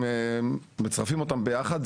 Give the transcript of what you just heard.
אם מצרפים אותם ביחד,